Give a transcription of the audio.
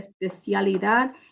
especialidad